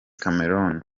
cameroun